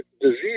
disease